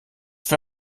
für